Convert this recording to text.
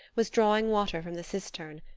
was drawing water from the cistern,